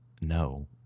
no